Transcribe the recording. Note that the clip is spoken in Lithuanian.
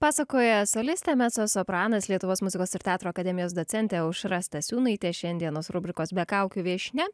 pasakoja solistė mecosopranas lietuvos muzikos ir teatro akademijos docentė aušra stasiūnaitė šiandienos rubrikos be kaukių viešnia